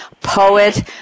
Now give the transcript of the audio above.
Poet